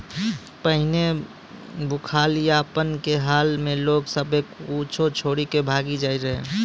पहिने दिबालियापन के हाल मे लोग सभ्भे कुछो छोरी के भागी जाय रहै